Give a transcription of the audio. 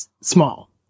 small